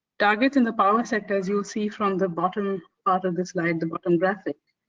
targets in the power sector, as you will see from the bottom part of the slide, the bottom graphic,